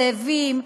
זאבים,